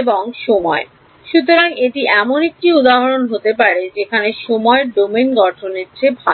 এবং সময় সুতরাং এটি এমন একটি উদাহরণ হতে পারে যেখানে সময় ডোমেন গঠনের চেয়ে ভাল